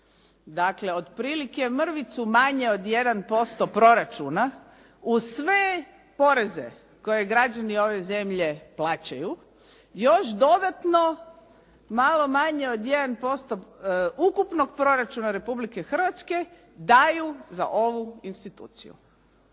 Dakle, otprilike mrvicu manje od 1% proračuna uz sve poreze koje građani ove zemlje plaćaju još dodatno malo manje od 1% ukupnog proračuna Republike Hrvatske daju za ovu instituciju.